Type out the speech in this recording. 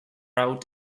out